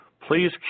please